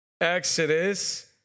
Exodus